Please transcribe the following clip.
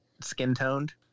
skin-toned